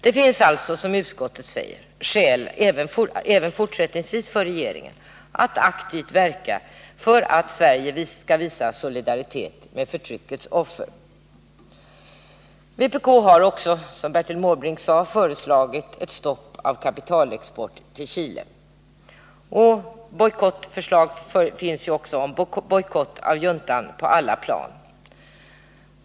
Det finns alltså som utskottet säger även fortsättningsvis skäl för Bojkottåtgärder regeringen att aktivt verka för att Sverige skall visa solidaritet med förtryckets — mot Chile offer. Vpk har också, som Bertil Måbrink sade, föreslagit ett stopp för kapitalexport till Chile. Bojkott av juntan på alla plan har också föreslagits.